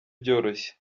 byoroshye